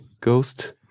ghost